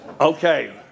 Okay